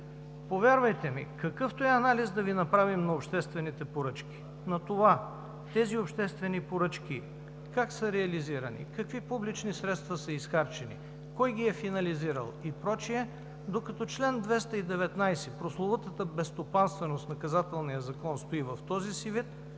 Повярвайте ми, какъвто и анализ да Ви направим на обществените поръчки, на това тези обществени поръчки как са реализирани, какви публични средства са изхарчени, кой ги е финализирал и прочие, докато чл. 219 – прословутата безстопанственост в Наказателния закон стои в този си вид,